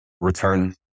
return